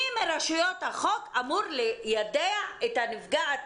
מי מרשויות החוק אמור ליידע את נפגעת